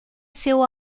seu